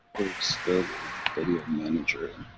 so the video manager.